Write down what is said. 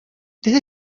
desde